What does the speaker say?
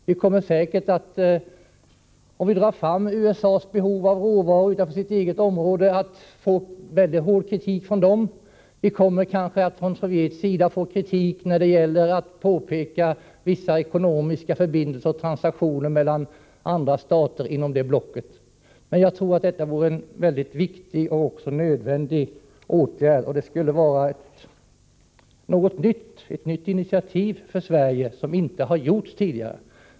Vi kommer säkert — om vi drar fram USA:s behov av råvaror utanför sina egna gränser — att få mycket hård kritik från USA. Och vi kommer kanske att från Sovjetunionens sida få kritik, om vi påpekar att det finns ekonomiska förbindelser och transaktioner mellan andra stater inom det blocket. Men jag tror att detta är en mycket viktig och nödvändig åtgärd, och det skulle vara ett nytt initiativ för Sverige att ta, något som inte gjorts tidigare.